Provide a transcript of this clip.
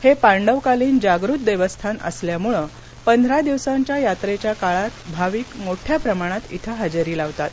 हे पांडवकालीन जागृत देवस्थान असल्यामुळ पंधरा दिवसांच्या यात्रेच्या काळात भाविक मोठ्या प्रमाणात इथं हजेरी लावतात